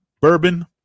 bourbon